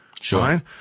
Sure